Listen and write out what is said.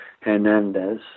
Hernandez